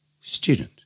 Student